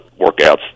workouts